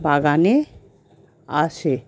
বাগানে আসে